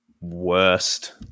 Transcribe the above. worst